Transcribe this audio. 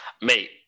Mate